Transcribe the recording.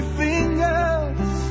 fingers